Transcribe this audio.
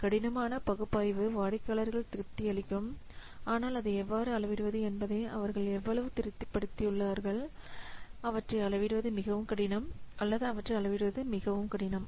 கடினமான பகுப்பாய்வு வாடிக்கையாளர்கள் திருப்தி அளிக்கும் ஆனால் அதை எவ்வாறு அளவிடுவது என்பதை அவர்கள் எவ்வளவு திருப்திப்படுத்தியுள்ளனர் அவற்றை அளவிடுவது மிகவும் கடினம் அல்லது அவற்றை அளவிடுவது மிகவும் கடினம்